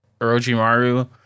Orochimaru